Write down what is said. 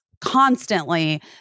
constantly